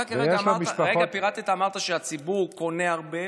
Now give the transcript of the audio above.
אתה כרגע פירטת ואמרת שהציבור קונה הרבה,